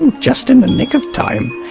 and just in the nick of time!